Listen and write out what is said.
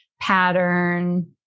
pattern